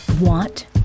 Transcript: want